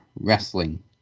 Wrestling